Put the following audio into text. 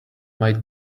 might